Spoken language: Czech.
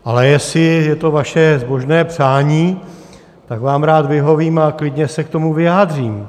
Ale jestli je to vaše zbožné přání, tak vám rád vyhovím a klidně se k tomu vyjádřím.